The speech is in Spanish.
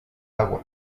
agua